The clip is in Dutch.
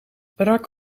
barack